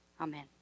Amen